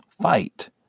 fight